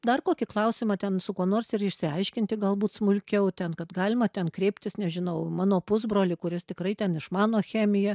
dar kokį klausimą ten su kuo nors ir išsiaiškinti galbūt smulkiau ten kad galima ten kreiptis nežinau mano pusbrolį kuris tikrai ten išmano chemiją